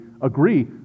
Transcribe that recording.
agree